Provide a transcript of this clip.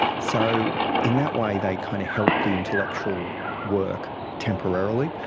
so in that way they kind of helped the intellectual work temporarily,